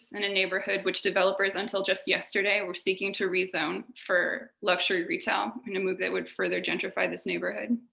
and a neighborhood which developers until just yesterday were seeking to rezone for luxury retail in a move that would further gentrify this neighborhood.